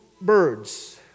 birds